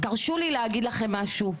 תרשו לי להגיד לכם משהו,